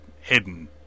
hidden